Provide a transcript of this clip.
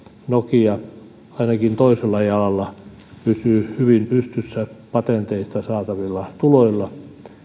nokia ainakin toisella jalalla pysyy hyvin pystyssä patenteilla saatavilla tuloilla